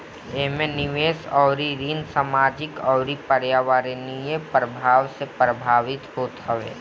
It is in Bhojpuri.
एमे निवेश अउरी ऋण सामाजिक अउरी पर्यावरणीय प्रभाव से प्रभावित होत हवे